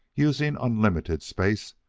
using unlimited space,